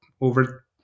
over